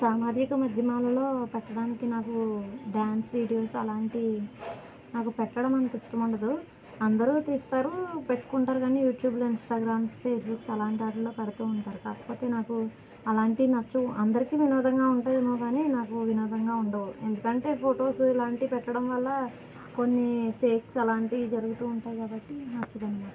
సామాజిక మాధ్యమాలలో పెట్టటానికి నాకు డాన్స్ వీడియోస్ అలాంటివి నాకు పెట్టడం అంత ఇష్టం ఉండదు అందరూ తీస్కోడం పెట్టుకుంటారు కానీ యూట్యూబ్ ఇన్స్టాగ్రామ్ ఫేస్బుక్ అలాంటి వాటిలో పెడుతూ ఉంటారు కాకపోతే నాకు అలాంటివి నచ్చవు అందరికి వినోదంగా ఉంటుందేమో కానీ నాకు వినోదంగా ఉండవు ఎందుకంటే ఫోటోస్ ఇలాంటివి పెట్టడం వల్ల కొన్ని ఫేక్స్ అలాంటివి జరుగుతూ ఉంటాయి కాబట్టి నచ్చదు